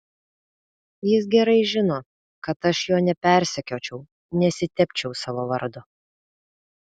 jis gerai žino kad aš jo nepersekiočiau nesitepčiau savo vardo